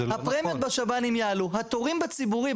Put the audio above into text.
הפרמיות בשב"נים יעלו והתורים בציבורי,